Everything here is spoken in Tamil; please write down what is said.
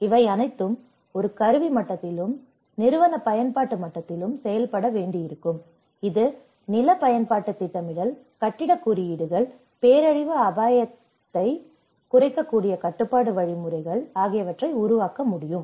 இவை அனைத்தும் ஒரு கருவி மட்டத்திலும் நிறுவன பயன்பாட்டு மட்டத்திலும் செயல்பட வேண்டியிருக்கும் இது நில பயன்பாட்டுத் திட்டமிடல் கட்டிடக் குறியீடுகள் பேரழிவு அபாயத்தை அபாயத்திலிருந்து குறைக்கக் கூடிய கட்டுப்பாட்டு வழிமுறைகள் ஆகியவற்றை உருவாக்க முடியும்